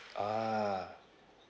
ah